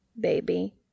baby